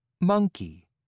Monkey